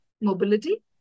mobility